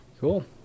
Cool